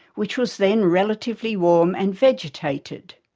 which was then relatively warm and vegetated.